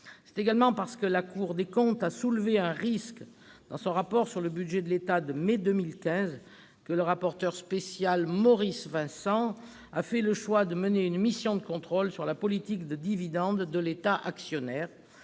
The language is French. C'est aussi parce que la Cour des comptes a soulevé un risque dans son rapport sur le budget de l'État du mois de mai 2015 que le rapporteur spécial Maurice Vincent a fait le choix de mener une mission de contrôle sur la politique de dividendes de l'État actionnaire.